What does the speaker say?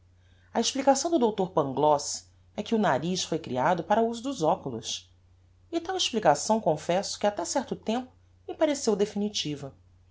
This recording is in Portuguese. a explicação do doutor pangloss é que o nariz foi creado para uso dos oculos e tal explicação confesso que até certo tempo me pareceu definitiva